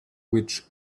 which